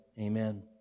amen